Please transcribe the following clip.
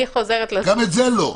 אני חוזרת לזכות --- זהו.